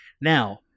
Now